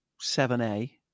7a